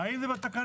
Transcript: האם זה בתקנון?